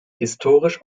historisch